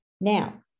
Now